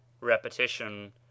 Repetition